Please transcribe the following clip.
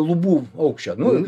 lubų aukščio nu